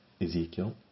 Ezekiel